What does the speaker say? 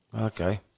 Okay